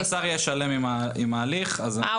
כשהשר יהיה שלם עם ההליך --- אה,